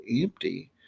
empty